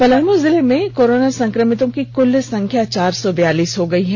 पलामू जिले में कोरोना संक्रमितों की कुल संख्या चार सौ बयालीस हो गयी है